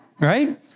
Right